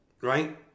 right